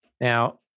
Now